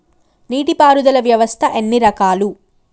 నీటి పారుదల వ్యవస్థ ఎన్ని రకాలు?